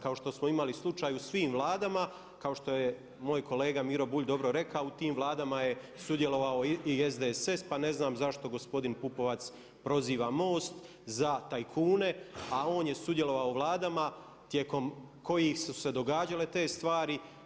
Kao što smo imali slučaj u svim vladama, kao što je moj kolega Miro Bulj dobro rekao u tim vladama je sudjelovao i SDSS pa ne znam zašto gospodin Pupovac proziva MOST za tajkune, a on je sudjelovao u vladama tijekom kojih su se događale te stvari.